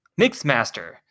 Mixmaster